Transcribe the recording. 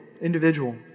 individual